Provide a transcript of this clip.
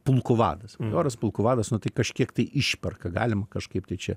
pulko vadas majoras pulko vadas nu tai kažkiek tai išperka galim kažkaip tai čia